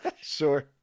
Sure